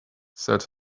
said